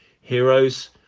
Heroes